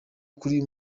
kuri